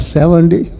Seventy